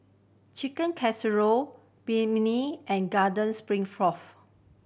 Chicken Casserole Banh Mi and Garden